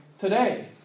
today